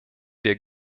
der